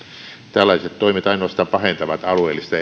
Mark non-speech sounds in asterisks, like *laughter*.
tällaiset toimet ainoastaan pahentavat alueellista *unintelligible*